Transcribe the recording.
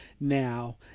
now